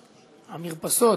המרפסות.